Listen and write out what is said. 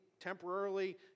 temporarily